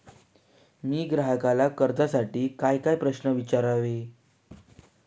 मी ग्राहकाला कर्जासाठी कायकाय प्रश्न विचारावे?